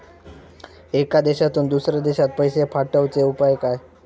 एका देशातून दुसऱ्या देशात पैसे पाठवचे उपाय काय?